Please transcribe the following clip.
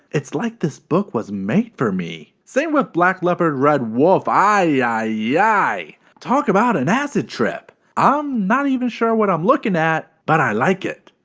it's like this book was made for me. same with black leopard red wolf. ay ay yeah ay! talk about an acid trip. i'm not even sure what i'm looking at, but i like it.